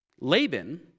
Laban